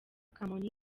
kamonyi